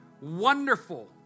Wonderful